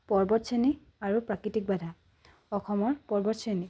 পৰ্বতশ্ৰেণী আৰু প্ৰাকৃতিক বাধা অসমৰ পৰ্বতশ্ৰেণী